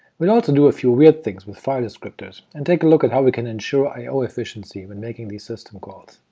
we'll also do a few weird things with file descriptors and take a look at how we can ensure i o efficiency when making these system calls.